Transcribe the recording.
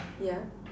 yeah